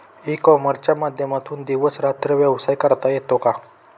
E कॉमर्सच्या माध्यमातून दिवस रात्र व्यवसाय करता येतो का?